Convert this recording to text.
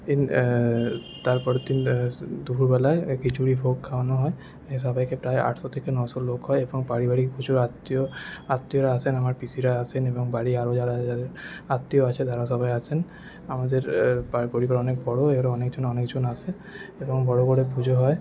তারপরের দিন দুপুরবেলায় খিচুরি ভোগ খাওয়ানো হয় সবাইকে প্রায় আটশো থেকে নশো লোক হয় এবং পারিবারিক পুজোর আত্মীয় আত্মীয়রা আসেন আমার পিসিরা আসেন এবং বাড়ির আরও যারা যারা আত্মীয় আছেন তারা সবাই আসেন আমাদের পরিবার অনেক বড়ো এর অনেকজন অনেকজন আসে এবং বড়ো করে পুজো হয়